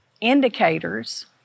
indicators